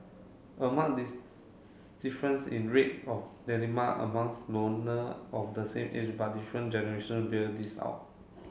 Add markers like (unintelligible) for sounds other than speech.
a mark (unintelligible) difference in rate of (unintelligible) among the loner of the same age but different generation beer this out